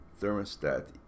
thermostat